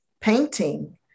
painting